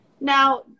Now